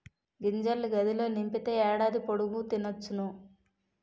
గింజల్ని గాదిలో నింపితే ఏడాది పొడుగు తినొచ్చును